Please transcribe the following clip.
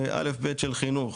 זה א'-ב' של חינוך,